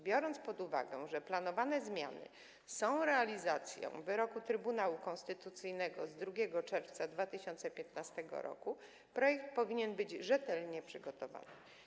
Biorąc pod uwagę to, że planowane zmiany są realizacją wyroku Trybunału Konstytucyjnego z 2 czerwca 2015 r., projekt powinien być rzetelnie przygotowany.